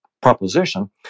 proposition